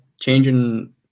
changing